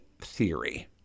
theory